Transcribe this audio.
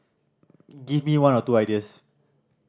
give me one or two ideas